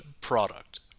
product